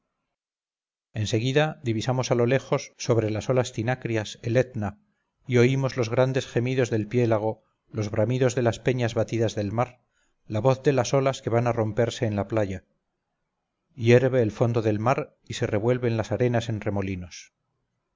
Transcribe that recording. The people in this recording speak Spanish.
en seguida divisamos a lo lejos sobre las olas trinacrias el etna y oímos los grandes gemidos del piélago los bramidos de las peñas batidas del mar la voz de las olas que van a romperse en la playa hierve el fondo del mar y se revuelven las arenas en remolinos